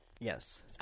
Yes